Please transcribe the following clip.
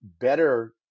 better